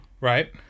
Right